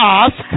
ask